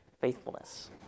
Faithfulness